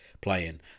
playing